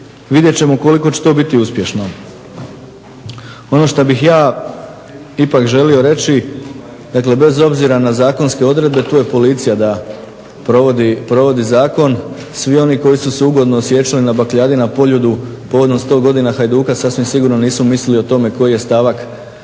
vidjet ćemo koliko će to biti uspješno. Ono šta bih ja ipak želio reći, dakle bez obzira na zakonske odredbe, tu je policija da provodi zakon, svi oni koji su se ugodno osjećali na bakljadi na Poljudu povodom 100 godina Hajduka sasvim sigurno nisu mislili o tome koji je stavak zakona